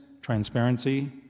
transparency